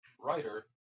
writer